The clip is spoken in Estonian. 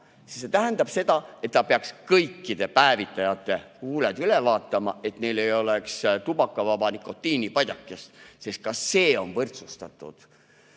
see tähendab seda, et ta peaks kõikide päevitajate huuled üle vaatama, et neil ei oleks tubakavaba nikotiinipadjakest, sest ka see on võrdsustatud.